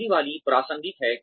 पहली वाली प्रासंगिक है